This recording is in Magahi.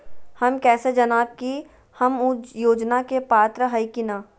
हम कैसे जानब की हम ऊ योजना के पात्र हई की न?